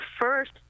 first